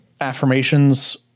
affirmations